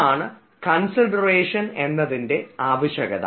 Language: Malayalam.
ഇതാണ് കൺസിഡറേഷൻ എന്നതിൻറെ ആവശ്യകത